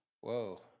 Whoa